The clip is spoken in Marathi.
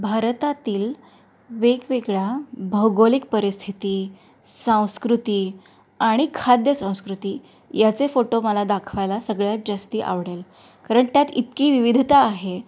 भारतातील वेगवेगळ्या भौगोलिक परिस्थिती संस्कृती आणि खाद्यसंस्कृती याचे फोटो मला दाखवायला सगळ्यात जास्त आवडेल कारण त्यात इतकी विविधता आहे